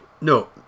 No